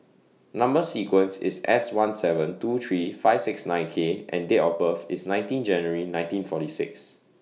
Number sequence IS S one seven two three five six nine K and Date of birth IS nineteen January nineteen forty six